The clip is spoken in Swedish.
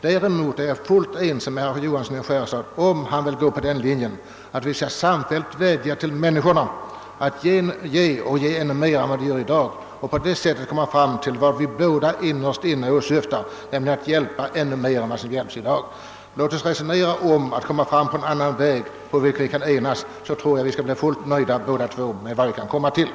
Däremot är jag fullt ense med herr Johansson i Skärstad därest han vill gå den vägen, att vi samfällt skall vädja till människorna att ge ännu mera än vad de ger i dag och på detta sätt komma fram till vad vi båda innerst inne åsyftar, nämligen att hjälpa ännu mer än i dag. Låt oss resonera om att komma fram en annan väg, på vilken vi kan enas, så tror jag vi båda två skall bli fullt nöjda med vad vi kan komma till.